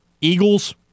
Eagles